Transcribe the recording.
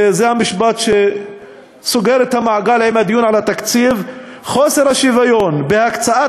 וזה המשפט שסוגר את המעגל עם הדיון על התקציב: "חוסר השוויון בהקצאת